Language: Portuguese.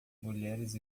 mulheres